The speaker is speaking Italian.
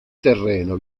terreno